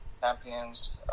champions